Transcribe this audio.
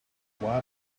what